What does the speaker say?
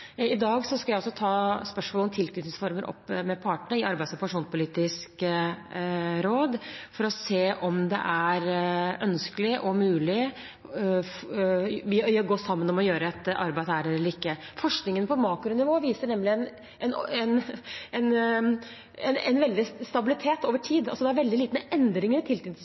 I dag skal jeg ta opp spørsmålet om tilknytningsformer med partene i Arbeidslivs- og pensjonspolitisk råd for å se om det er ønskelig og mulig å gå sammen og gjøre et arbeid der eller ikke. Forskningen på makronivå viser nemlig en god stabilitet over tid. Det er veldig lite endring i tilknytningsformer på makronivå. Spørsmålet er om det foregår endringer